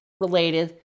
related